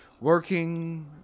working